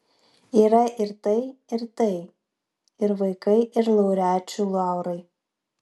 yra ir tai ir tai ir vaikai ir laureačių laurai